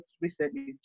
recently